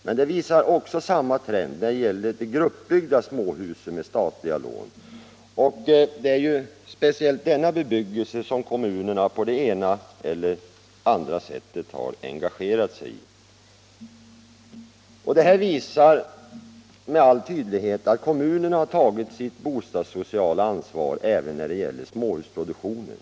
Siffrorna visar också samma trend när det gäller gruppbyggda småhus, och det är speciellt denna bebyggelse som kommunerna på det ena eller andra sättet har engagerat sig i. Det visar också med all tydlighet att kommunerna har tagit sitt bostadssociala ansvar även när det gäller småhusproduktionen.